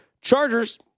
Chargers